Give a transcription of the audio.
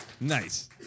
Nice